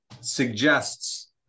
suggests